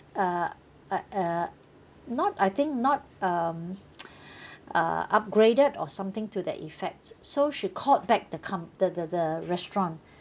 uh uh uh not I think not um uh upgraded or something to that effect so she called back the com~ the the the restaurant